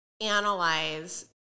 analyze